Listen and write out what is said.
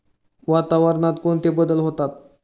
वातावरणात कोणते बदल होतात?